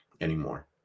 anymore